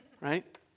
Right